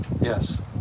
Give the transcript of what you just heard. yes